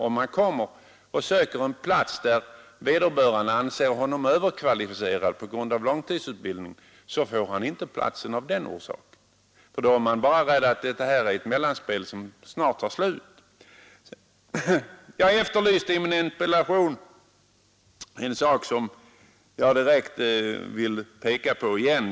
Om han kommer för att söka plats där vederbörande anser honom överkvalificerad på grund av hans långtidsutbildning, så får han inte platsen av den orsaken för då är man bara rädd för att det är fråga om ett mellanspel som snart är över. Jag efterlyste i min interpellation något som jag direkt vill peka på igen.